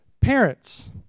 parents